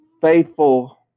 faithful